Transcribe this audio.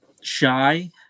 Shy